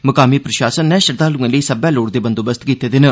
मुकामी प्रशासन नै श्रद्वालुएं लेई सब्बै लोड़चदे बंदोबस्त कीते दे न